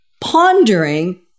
pondering